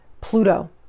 Pluto